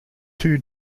two